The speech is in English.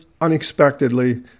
unexpectedly